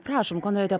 prašom ko norėjote